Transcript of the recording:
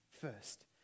first